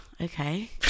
okay